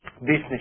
business